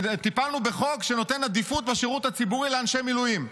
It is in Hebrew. טיפלנו בחוק שנותן עדיפות בשירות הציבורי לאנשי מילואים.